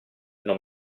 non